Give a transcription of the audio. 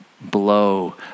blow